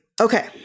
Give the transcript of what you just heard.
Okay